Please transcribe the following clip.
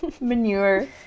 Manure